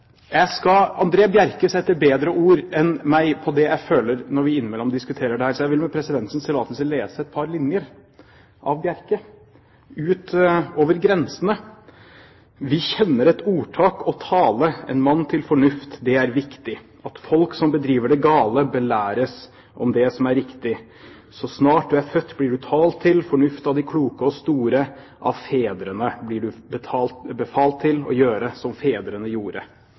jeg føler når vi innimellom diskuterer dette, så jeg vil, med presidentens tillatelse, lese et par linjer av Bjerke, fra diktet «Ut over grensene»: «Vi kjenner et ordtak: «å tale en mann til fornuft». Det er viktig at folk som bedriver det gale, belæres om det som er riktig. Så snart du er født, blir du talt til fornuft av de kloke og store; av fedrene blir du befalt til å gjøre som fedrene gjorde.